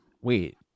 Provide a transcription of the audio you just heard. Wait